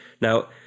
Now